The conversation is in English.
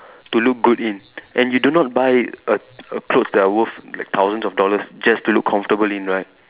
to look good in and you do not buy a a clothes that are worth like thousands of dollars just to look comfortable in right